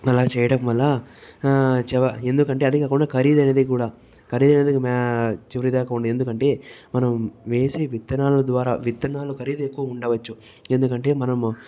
అలా చేయడంవల్ల ఎందుకంటే అది కాకుండా ఖరీదైనది కూడా ఖరీదైనది చివరి దాకా ఉండే ఎందుకంటే మనం వేసే విత్తనాల ద్వారా విత్తనాలు ఖరీదు ఎక్కువ ఉండవచ్చు ఎందుకంటే మనము